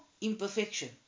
imperfection